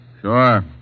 Sure